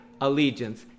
allegiance